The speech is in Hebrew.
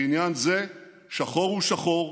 בעניין זה שחור הוא שחור,